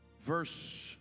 Verse